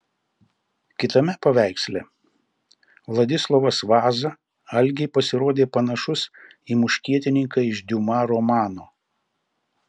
kitame paveiksle vladislovas vaza algei pasirodė panašus į muškietininką iš diuma romano